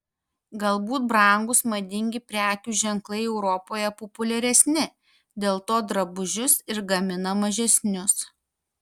galbūt brangūs madingi prekių ženklai europoje populiaresni dėl to drabužius ir gamina mažesnius